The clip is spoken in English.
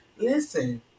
listen